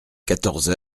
quatorze